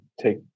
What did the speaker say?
take